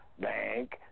Bank